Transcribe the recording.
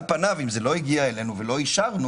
על פניו אם זה לא הגיע אלינו ולא אישרנו,